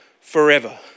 forever